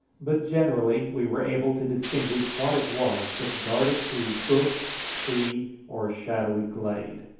but generally we were able to distinguish what it was that darted through bush, tree, or shadowy glade.